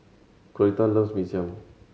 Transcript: Coretta loves Mee Siam